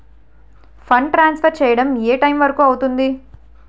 Fund transfer చేయడం ఏ time వరుకు అవుతుంది?